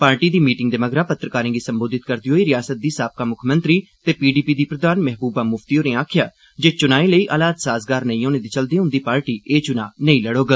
party दी meeting दे मगरा पत्रकारें गी संबोधित करदे होई रिआसता दी साबका मुक्खमंत्री ते पीडीपी दी प्रधान महबूबा मुफ्ती होरें आखेआ जे चुनाएं लेई हालात साज़गार नेईं होने दे चलदे उंदी पार्टी एह् चुनां नेई लड़ोग